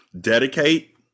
Dedicate